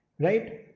right